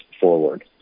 forward